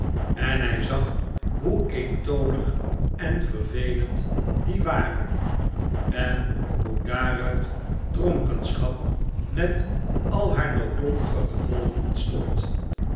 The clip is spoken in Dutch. en hij zag hoe eentonig en vervelend die waren en hoe daaruit dronkenschap met al haar noodlottige gevolgen ontstond